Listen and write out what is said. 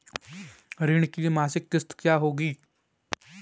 ऋण की मासिक किश्त क्या होगी?